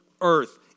earth